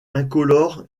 incolore